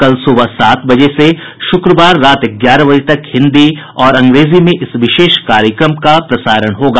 कल सुबह सात बजे से शुक्रवार रात ग्यारह बजे तक हिन्दी और अंग्रेजी में इस विशेष कार्यक्रम का प्रसारण होगा